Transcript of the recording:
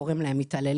קוראים להם מתעללים,